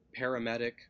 paramedic